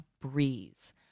breeze